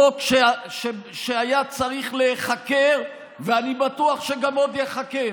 חוק שהיה צריך להיחקר ואני בטוח שגם עוד ייחקר,